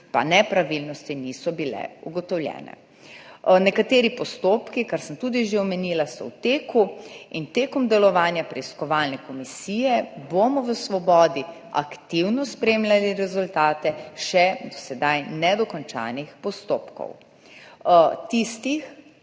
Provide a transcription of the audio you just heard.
pa nepravilnosti niso bile ugotovljene. Nekateri postopki, kar sem tudi že omenila, so v teku in v času delovanja preiskovalne komisije bomo v Svobodi aktivno spremljali rezultate do sedaj še nedokončanih postopkov,